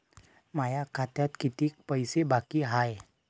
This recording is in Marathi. माया खात्यात कितीक पैसे बाकी हाय?